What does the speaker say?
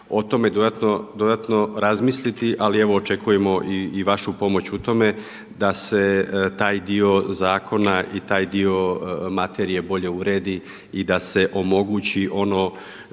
o tome dodatno razmisliti, ali evo očekujemo i vašu pomoć u tome da se taj dio zakona i taj dio materije bolje uredi i da se omogući ono